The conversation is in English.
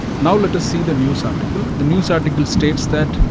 now, let us see the news article. the news article states that,